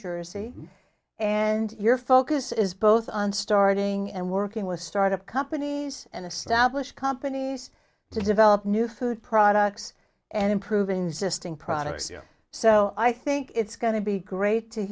jersey and your focus is both on starting and working with startup companies and established companies to develop new food products and improving insisting products so i think it's going to be great to